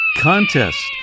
contest